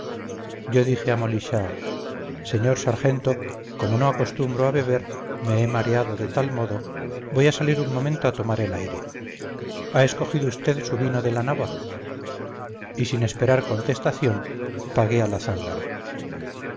yo dije a molichard señor sargento como no acostumbro a beber me he mareado de tal modo voy a salir un momento a tomar el aire ha escogido usted su vino de la nava y sin esperar contestación pagué a la zángana